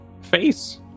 face